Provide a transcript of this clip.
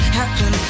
happen